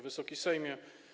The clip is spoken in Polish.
Wysoki Sejmie!